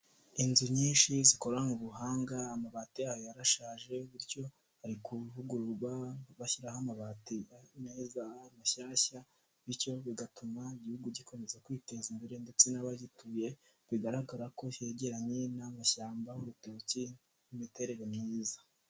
Inzu nyinshi zikorana ubuhanga amabati yarashaje, bityo hari kuvugururwa bashyiraraho ama bateye neza mashyashya bityo bigatuma igihugu gikomeza kwiteza imbere ndetse n'abagituye, bigaragara ko yegeranye n'amashyamba n'urutoki n'imiterere myiza.